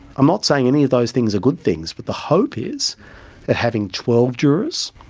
i'm not saying any of those things are good things, but the hope is that having twelve jurors,